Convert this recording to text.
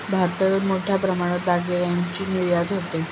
भारतातून मोठ्या प्रमाणात दागिन्यांची निर्यात होते